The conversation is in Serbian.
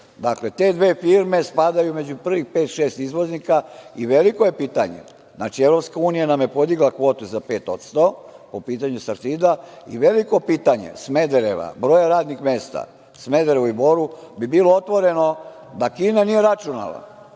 Dakle, te dve firme spadaju među prvih pet-šest izvoznika. Znači, Evropska unija nam je podigla kvotu za 5% po pitanju „Sartida“ i veliko pitanje Smedereva, broja radnih mesta u Smederevu i Boru bi bilo otvoreno da Kina nije računala